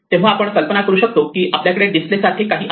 तेव्हा आपण कल्पना करू शकतो की आपल्याकडे डिस्प्ले सारखे काही आहे